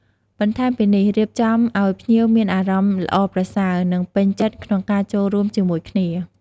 បន្ថែមពីនេះ រៀបចំអោយភ្ញៀវមានអារម្មណ៍ល្អប្រសើរ និងពេញចិត្តក្នុងការចូលរួមជាមួយគ្នា។